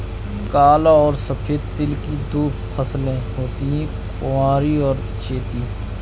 काला और सफेद तिल की दो फसलें होती है कुवारी और चैती